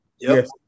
Yes